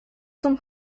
zum